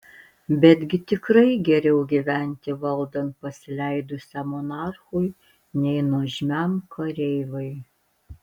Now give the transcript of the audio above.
betgi tikrai geriau gyventi valdant pasileidusiam monarchui nei nuožmiam kareivai